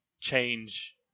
change